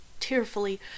tearfully